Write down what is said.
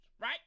right